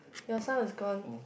your sound is gone